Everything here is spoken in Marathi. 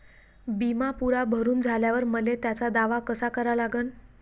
बिमा पुरा भरून झाल्यावर मले त्याचा दावा कसा करा लागन?